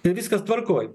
tai viskas tvarkoj